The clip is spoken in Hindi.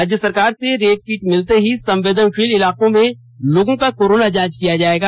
राज्य सरकार से रेट किट मिलते ही संवेदनशील इलाकों में लोगों को पकड़ कर उनका कोरोना जांच किया जाएगा